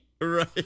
Right